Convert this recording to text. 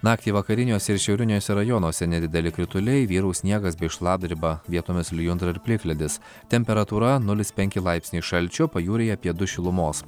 naktį vakariniuose ir šiauriniuose rajonuose nedideli krituliai vyraus sniegas bei šlapdriba vietomis lijundra plikledis temperatūra nulis penki laipsniai šalčio pajūryje apie du šilumos